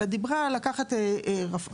אלא דיברה על לקחת אחיות,